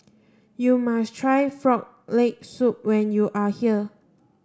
you must try frog leg soup when you are here